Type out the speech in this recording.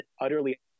utterly